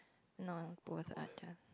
non post